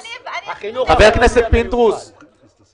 חבר הכנסת פינדרוס --- אני אסביר את העיקרון.